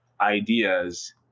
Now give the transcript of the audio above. ideas